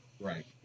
Right